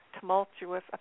Tumultuous